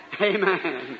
Amen